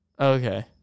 Okay